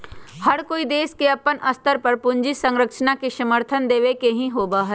हर कोई देश के अपन स्तर पर पूंजी संरचना के समर्थन देवे के ही होबा हई